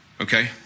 Okay